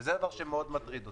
וזה דבר שמאוד מטריד אותי.